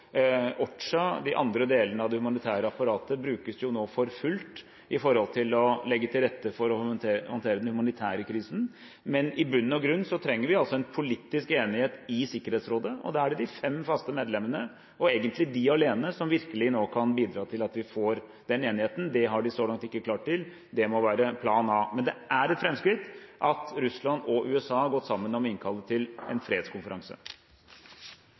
de andre delene av det humanitære apparatet – brukes nå for fullt når det gjelder å legge til rette for å håndtere den humanitære krisen. I bunn og grunn trenger vi en politisk enighet i Sikkerhetsrådet, og det er de fem faste medlemmene – og egentlig de alene – som nå virkelig kan bidra til at vi får den enigheten. Det har de så langt ikke klart. Det må være plan A. Men det er et fremskritt at Russland og USA har gått sammen om å innkalle til en fredskonferanse.